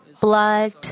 blood